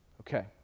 Okay